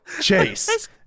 Chase